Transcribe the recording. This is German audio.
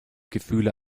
gefühle